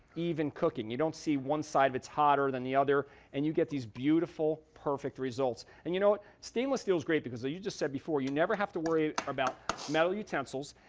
even cooking. you don't see one side's hotter than the other and you get these beautiful, perfect results. and you know stainless steel is great, because as you just said before, you never have to worry about metal utensils.